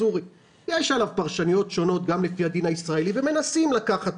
,הסורי יש עליו פרשנויות שונות גם לפי הדין הישראלי ומנסים לקחת